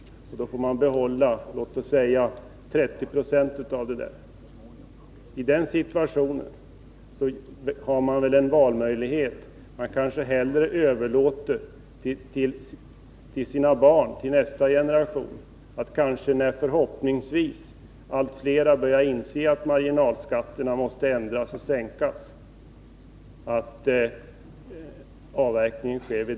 Då får han behålla kanske 30 90 av det han tjänar på avverkningen. I den situationen har han en valmöjlighet. Han kanske hellre överlåter till sina barn, till nästa generation, att göra avverkningen när förhoppningsvis allt fler börjar inse att marginalskatterna måste sänkas.